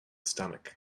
stomach